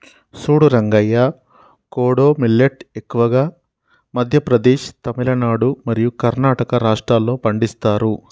సూడు రంగయ్య కోడో మిల్లేట్ ఎక్కువగా మధ్య ప్రదేశ్, తమిలనాడు మరియు కర్ణాటక రాష్ట్రాల్లో పండిస్తారు